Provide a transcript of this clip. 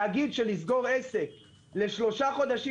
להגיד שלסגור עסק לשלושה חודשים,